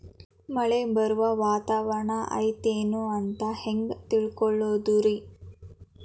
ಮಳೆ ಬರುವ ವಾತಾವರಣ ಐತೇನು ಅಂತ ಹೆಂಗ್ ತಿಳುಕೊಳ್ಳೋದು ರಿ?